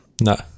No